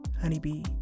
honeybee